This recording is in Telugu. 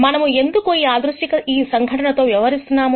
మనము ఎందుకు ఈ అనిర్దిష్టఈ సంఘటనతో వ్యవహరిస్తున్నా ము